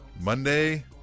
Monday